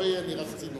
לא יהיה לי רק צינון.